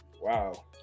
wow